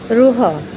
ରୁହ